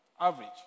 average